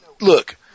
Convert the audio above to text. look